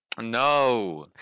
No